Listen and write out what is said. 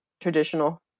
traditional